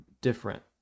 different